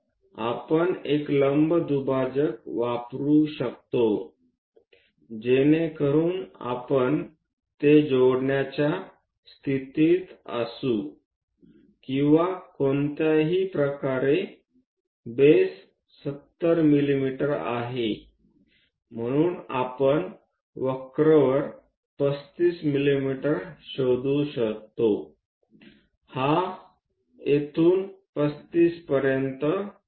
आपण एक लंब दुभाजक वापरू शकतो जेणेकरून आपण ते जोडण्याचा स्थितीत असू किंवा कोणत्याही प्रकारे बेस 70 मिमी आहे म्हणून आपण वक्र वर 35 मिमी शोधू शकतोहा येथून 35 पर्यंत आहे